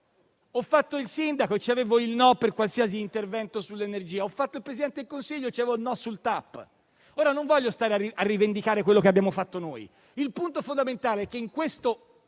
Ho fatto il sindaco e avevo il no per qualsiasi intervento sull'energia. Ho fatto il Presidente del Consiglio e avevo il no sul TAP. Ora non voglio stare a rivendicare quello che abbiamo fatto noi. Il punto fondamentale è che in questo